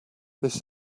this